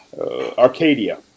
Arcadia